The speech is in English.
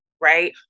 right